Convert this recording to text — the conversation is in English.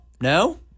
No